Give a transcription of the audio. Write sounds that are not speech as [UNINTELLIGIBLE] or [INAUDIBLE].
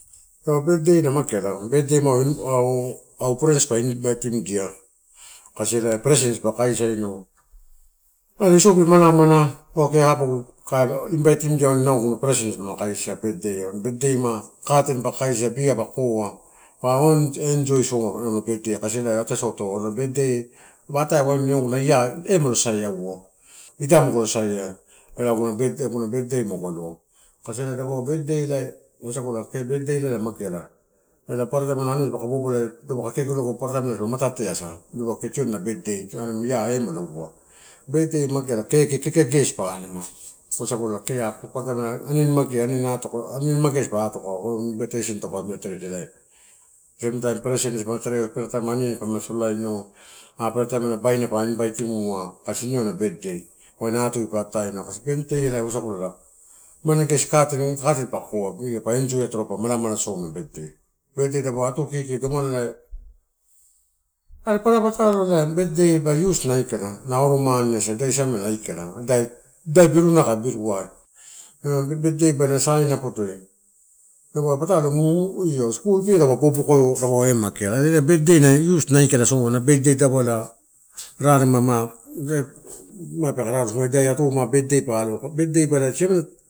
[HESITATION] paua birthday na mageala. Birthday ma au ini friends pa invatimudia, kasi ela present dipa kaisaino, wain pe malamala, paua kee dipa lama kaisia birthday ai. Birthday ma katen pa kaisia beer pa koa, pa on enjoy soma auna birthday ai. Kasi ela ine ataisauto auna birthday pa atai auna year ia mulo saiauai iamulo saia ela aguna birthday magu aloa. Kasi ela birthday la wasagula kee birthday la na mageala ela paparataim anua dipaka bobola dipaua kee tioni ena birthday mata keasa kee arimi ena year eh malo ua. Birthday mageala, keke, kekegesi pa aloma en paparataim eh ia aniani magea pa atoka taupe amela teredia. Same time present dipa tereo paparataim aniani dipa solaino, ah ela paparataim ela baina pa invatimua, kasi ine auna birthday wain atu dipa ataena, kasi birthday la ela wasagula mane gesi, katen pa koa ppa enjoy atoro pa mala mala soma birthday. Birthday dapaua atu kiki domalai elai. Are paparataim birthday ba na ius na aikala, auro mane asa ida siamela ikala. Idai-idai birunai kai birua, birthday ba na sainala podoi dapaua ma patalo [HESITATION] amini skul fee ela popokolo mageala. Birthday elai ius aikala soma, na birthday tavala raremama peke rarausu ida atu birthday ma pa alo birthday. [UNINTELLIGIBLE]